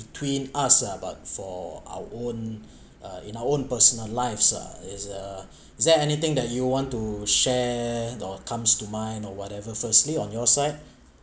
between us ah but for our own uh in our own personal lives uh is uh is that anything that you want to share the comes to mind or whatever firstly on your side